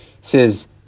Says